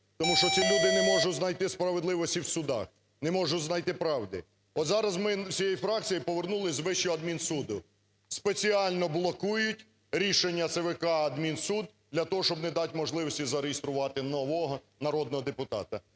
Тому що ці люди не можуть знайти справедливості в судах, не можуть знайти правди. От зараз ми всією фракцією повернулись з Вищого адмінсуду. Спеціально блокують рішення ЦВК адмінсуд для того, щоб не дати можливості зареєструвати нового народного депутата.